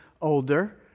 older